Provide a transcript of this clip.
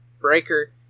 breaker